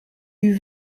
eut